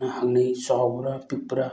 ꯅ ꯍꯪꯅꯩ ꯆꯥꯎꯕ꯭ꯔꯥ ꯄꯤꯛꯄ꯭ꯔꯥ